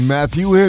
Matthew